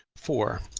four.